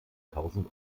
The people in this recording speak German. tausend